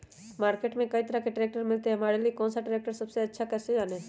Market में कई तरह के ट्रैक्टर मिलते हैं हमारे लिए कौन सा ट्रैक्टर सबसे अच्छा है कैसे जाने?